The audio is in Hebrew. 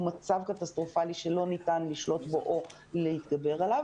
מצב קטסטרופלי שלא ניתן לשלוט בו או להתגבר עליו.